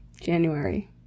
January